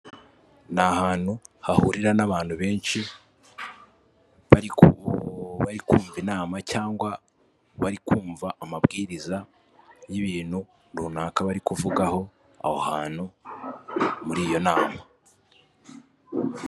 Ni ahantu hahurira n'abantu benshi bari kumva inama cyangwa bari kumva amabwiriza y'ibintu runaka bari kuvugaho aho hantu muri iyo nama.